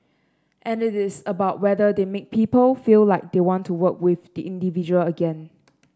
and it is about whether they make people feel like they want to work with the individual again